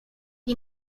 que